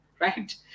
right